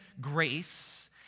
grace